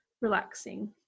relaxing